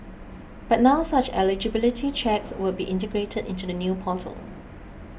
but now such eligibility checks would be integrated into the new portal